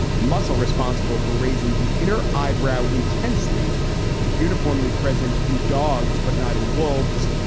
a muscle responsible for raising the inner eyebrow intensely is uniformly present in dogs, but not in wolves.